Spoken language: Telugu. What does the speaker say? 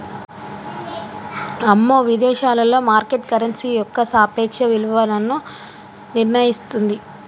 అమ్మో విదేశాలలో మార్కెట్ కరెన్సీ యొక్క సాపేక్ష విలువను నిర్ణయిస్తుంది